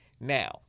Now